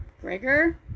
Gregor